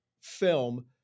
film